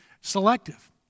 Selective